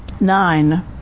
nine